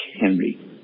Henry